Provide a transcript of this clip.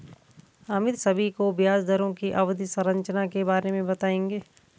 अमित सभी को ब्याज दरों की अवधि संरचना के बारे में बताएंगे